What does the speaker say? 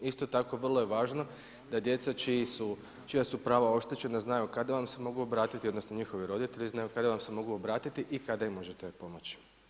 Isto tako vrlo je važno da djece čija su prava oštećena znaju kada vam se mogu obratiti odnosno njihovi roditelji znaju kada vam se mogu obratiti i kada im možete pomoći.